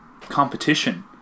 competition